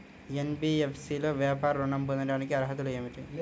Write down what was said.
NBFC లో వ్యాపార ఋణం పొందటానికి అర్హతలు ఏమిటీ?